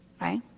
right